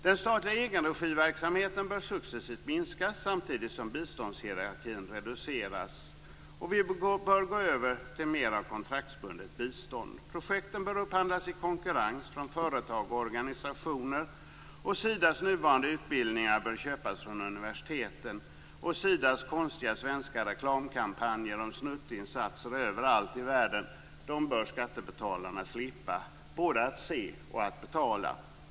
Den statliga egenregiverksamheten bör successivt minskas, samtidigt som biståndshierarkin reduceras. Vi bör gå över till mer av kontraktsbundet bistånd. Projekten bör upphandlas i konkurrens från företag och organisationer. Sidas nuvarande utbildningar bör köpas från universiteten, och Sidas konstiga svenska reklamkampanjer, om snuttinsatser överallt i världen, bör skattebetalarna slippa - både att se och att betala.